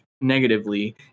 negatively